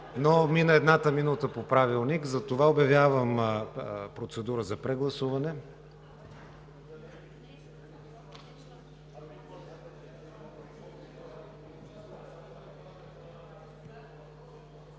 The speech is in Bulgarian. но мина едната минута по Правилника, затова обявявам процедура за прегласуване.